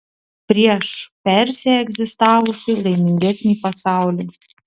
prieš persę egzistavusį laimingesnį pasaulį